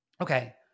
Okay